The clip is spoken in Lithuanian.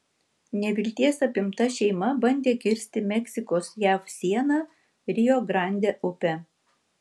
nevilties apimta šeima bandė kirsti meksikos jav sieną rio grande upe